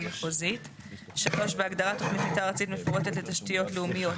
מחוזית"; בהגדרה "תכנית מתאר ארצית מפורטת לתשתיות לאומיות",